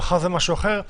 מחר זה משהו אחר.